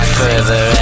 further